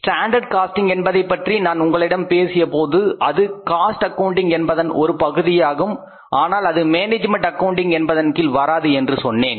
standard costing என்பதைப்பற்றி நான் உங்களிடம் பேசியபோது அது காஸ்ட் அக்கவுண்டிங் என்பதன் ஒரு பகுதியாகும் ஆனால் அது மேனேஜ்மென்ட் அக்கவுண்டிங் என்பதன் கீழ் வராது என்று சொன்னேன்